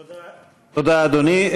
תודה, אדוני.